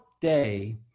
day